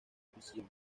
pasión